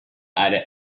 other